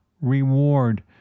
reward